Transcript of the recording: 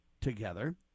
together